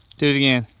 do it again.